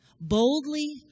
boldly